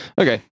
Okay